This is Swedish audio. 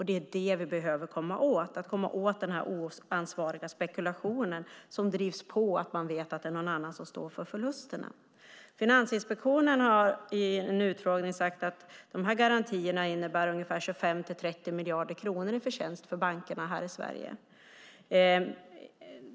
Det vi behöver komma åt är den oansvariga spekulationen som drivs på av att man vet att någon annan står för förlusterna. Finansinspektionen sade i en utfrågning att garantierna innebär ungefär 25-30 miljarder kronor i förtjänst för bankerna i Sverige.